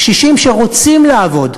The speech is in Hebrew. קשישים שרוצים לעבוד,